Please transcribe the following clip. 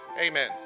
Amen